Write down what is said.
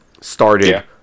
started